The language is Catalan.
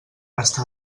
està